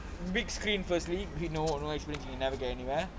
big screen firstly we know you know an experience you can never get anywhere